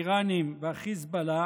האיראנים והחיזבאללה